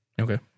Okay